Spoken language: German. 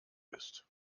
ist